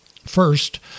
First